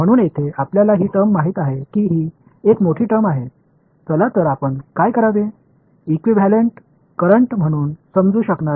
எனவே நாம் ஒரு இகுவெளன்ட் கரண்ட் என்று ஒன்றை வரையறுக்கலாம் இகுவெளன்ட் கரண்ட் என்றால் வெறுமனே